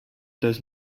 does